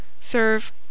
Serve